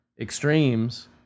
extremes